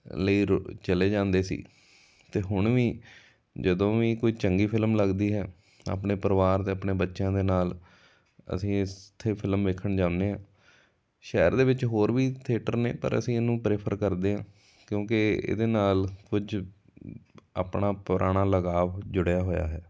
ਲਈ ਰੁ ਚਲੇ ਜਾਂਦੇ ਸੀ ਅਤੇ ਹੁਣ ਵੀ ਜਦੋਂ ਵੀ ਕੋਈ ਚੰਗੀ ਫਿਲਮ ਲੱਗਦੀ ਹੈ ਆਪਣੇ ਪਰਿਵਾਰ ਅਤੇ ਆਪਣੇ ਬੱਚਿਆਂ ਦੇ ਨਾਲ ਅਸੀਂ ਇ ਇੱਥੇ ਫਿਲਮ ਵੇਖਣ ਜਾਂਦੇ ਹਾਂ ਸ਼ਹਿਰ ਦੇ ਵਿੱਚ ਹੋਰ ਵੀ ਥੀਏਟਰ ਨੇ ਪਰ ਅਸੀਂ ਇਹਨੂੰ ਪ੍ਰੇਫਰ ਕਰਦੇ ਹਾਂ ਕਿਉਂਕਿ ਇਹਦੇ ਨਾਲ ਕੁਝ ਆਪਣਾ ਪੁਰਾਣਾ ਲਗਾਵ ਜੁੜਿਆ ਹੋਇਆ ਹੈ